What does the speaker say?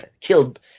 killed